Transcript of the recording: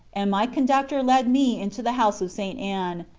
and my conductor led me into the house of st. anne,